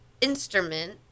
instrument